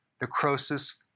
Necrosis